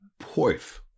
Poif